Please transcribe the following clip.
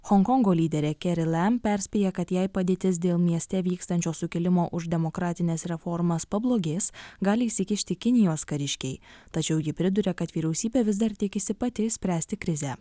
honkongo lyderė keri lem perspėja kad jei padėtis dėl mieste vykstančio sukilimo už demokratines reformas pablogės gali įsikišti kinijos kariškiai tačiau ji priduria kad vyriausybė vis dar tikisi pati išspręsti krizę